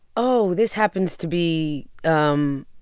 oh, this happens to be um